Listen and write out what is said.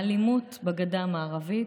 מהאלימות בגדה המערבית,